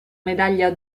medaglia